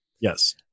Yes